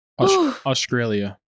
Australia